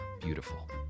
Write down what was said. beautiful